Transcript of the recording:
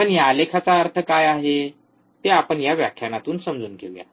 पण या आलेखाचा अर्थ काय आहे ते आपण या व्याख्यानातून समजून घेऊया